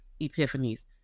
epiphanies